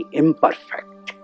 imperfect